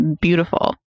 beautiful